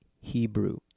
Hebrew